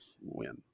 win